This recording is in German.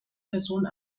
person